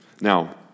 Now